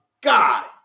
God